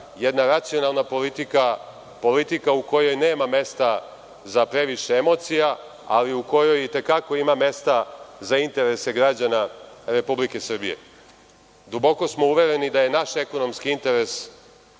jedna racionalna politika, politika u kojoj nema mesta za previše emocija, ali u kojoj itekako ima mesta za interese građana Republike Srbije. Duboko smo uvereni da je naš ekonomski interes,